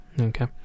Okay